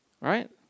Right